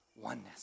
oneness